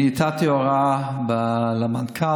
אני נתתי הוראה למנכ"ל,